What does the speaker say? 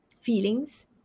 feelings